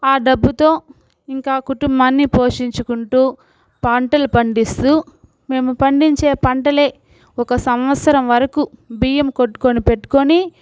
ఆ డబ్బుతో ఇంక కుటుంబాన్ని పోషించుకుంటూ పంటలు పండిస్తూ మేము పండించే పంటలే ఒక సంవత్సరం వరకు బియ్యం కొట్టుకొని పెట్టుకొని